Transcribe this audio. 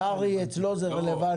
אצל קרעי זה רלוונטי.